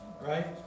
Right